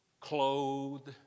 clothed